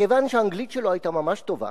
כיוון שהאנגלית שלו היתה ממש טובה